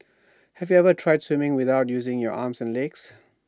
have you ever tried swimming without using your arms and legs